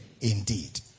indeed